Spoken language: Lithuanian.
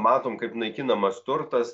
matom kaip naikinamas turtas